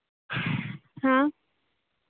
हाँ